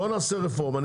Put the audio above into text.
בוא נעשה רפורמה,